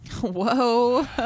whoa